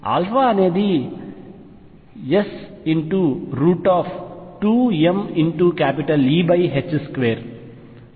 α అనేది s2mE2